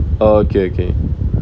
ah okay okay